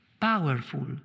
powerful